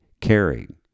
caring